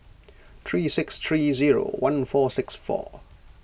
three six three zero one four six four